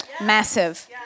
massive